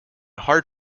hard